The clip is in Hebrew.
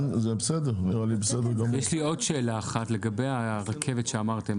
יש לי עוד שאלה אחת לגבי הרכב שאמרתם,